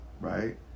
right